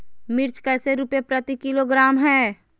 मिर्च कैसे रुपए प्रति किलोग्राम है?